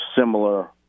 similar